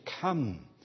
come